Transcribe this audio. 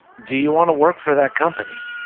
do you want to work for that company?